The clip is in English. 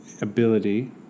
ability